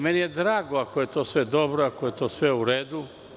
Meni je drago ako je sve to dobro, ako je sve to u redu.